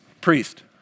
priest